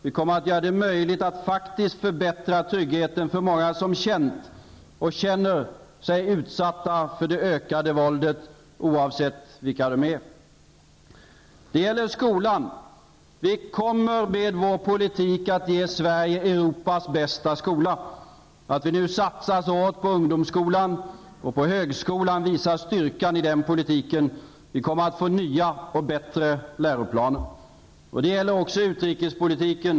Vi kommer att göra det möjligt att faktiskt förbättra tryggheten för många som känt och känner sig utsatta för det ökade våldet, oavsett vilka de är. Det gäller skolan. Vi kommer med vår politik att ge Sverige Europas bästa skola. Att vi nu satsar så hårt på ungdomsskolan och på högskolan visar styrkan i den politiken. Skolan kommer att få nya och bättre läroplaner. Det gäller också utrikespolitiken.